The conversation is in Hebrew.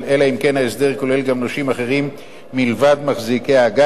אלא אם כן ההסדר כולל גם נושים אחרים מלבד מחזיקי איגרות החוב,